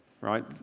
right